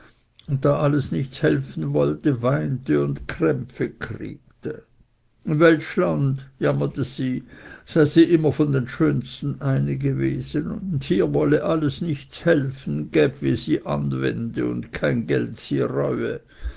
und da alles nichts helfen wollte weinte und krämpfe kriegte im weltschland jammerte sie sei sie immer von den schönsten eine gewesen und hier wolle alles nichts helfen gäb wie sie anwende und kein geld sie